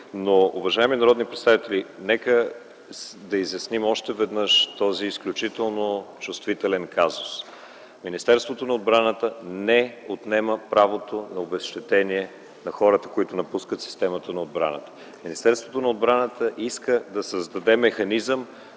Уважаеми народни представители, нека да изясним още веднъж този изключително чувствителен казус. Министерството на отбраната не отнема правото на обезщетение на хората, които напускат системата на отбраната. Министерството на отбраната иска да създаде механизъм,